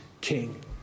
king